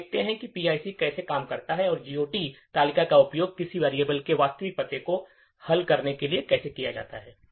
हम देखेंगे कि यह PIC कैसे काम करता है और GOT तालिका का उपयोग किसी variable के वास्तविक पते को हल करने के लिए कैसे किया जाता है